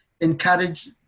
encourage